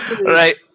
Right